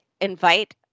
invite